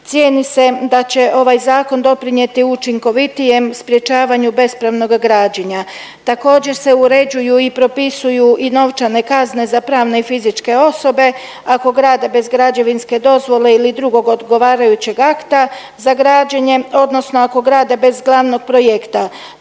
cijeni se da će ovaj zakon doprinijeti učinkovitijem sprječavanju bespravnog građenja. Također se uređuju i propisuju i novčane kazne za prave i fizičke osobe ako grade bez građevinske dozvole ili drugog odgovarajućeg akta za građenje, odnosno ako grade bez glavnog projekta.